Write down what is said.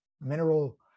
mineral